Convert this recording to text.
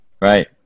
Right